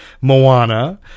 Moana